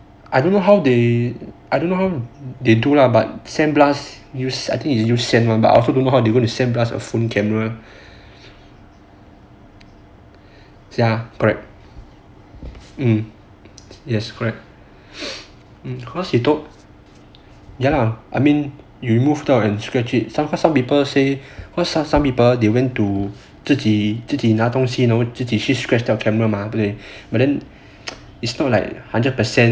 I don't know how they I don't know how they do lah but sand blast means I think they use sand but I also don't know how they gonna sand blast the phone camera ya correct yes correct ya lah I mean you remove 掉 and scratch it somehow some people say well some people they went to 自己自己拿东西 then 自己去 scratch 掉 camera mah but then it's not like hundred percent